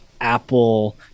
Apple